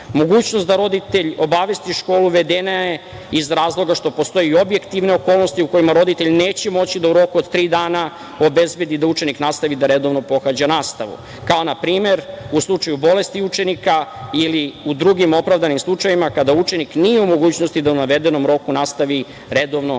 Mogućnost da roditelj obavesti školu uvedena je iz razloga što postoje objektivne okolnosti u kojima roditelj neće moći da u roku od tri dana obezbedi da učenik nastavi da redovno pohađa nastavu, kao npr. u slučaju bolesti učenika ili u drugim opravdanim slučajevima kada učenik nije u mogućnosti da u navedenom roku nastavi redovno pohađanje